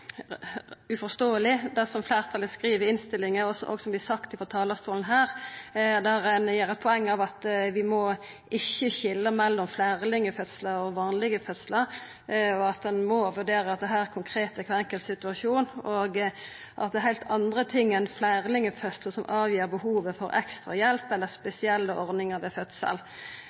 uforståeleg det som fleirtalet skriv i innstillinga, og som vert sagt frå talarstolen her, der ein gjer eit poeng av at vi ikkje må skilja mellom fleirlingfødslar og vanlege fødslar, at ein må vurdera dette konkret i kvar enkelt situasjon, og at det er heilt andre ting enn fleirlingfødslar som avgjer behovet for ekstra hjelp eller spesielle ordningar ved fødsel.